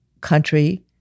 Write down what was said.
country